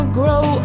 grow